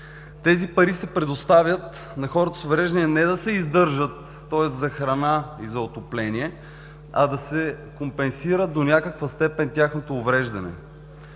тези пари се предоставят на хората с увреждания не да се издържат, тоест за храна и за отопление, а да се компенсира до някаква степен тяхното увреждане.